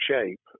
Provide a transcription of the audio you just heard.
shape